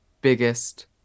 biggest